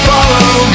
Follow